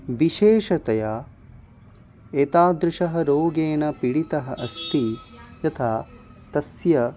विशेषतया एतादृशेन रोगेण पीडितः अस्ति यथा तस्य